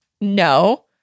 no